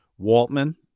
Waltman